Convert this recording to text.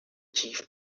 chief